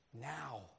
now